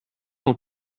dans